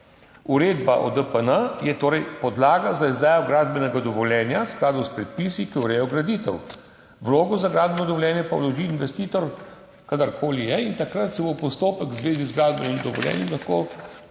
Uredba o DPN je torej podlaga za izdajo gradbenega dovoljenja v skladu s predpisi, ki urejajo graditev, vlogo za gradbeno dovoljenje pa vloži investitor, kadarkoli je, in takrat se bo postopek v zvezi z gradbenim dovoljenjem lahko